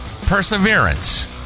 perseverance